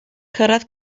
cyrraedd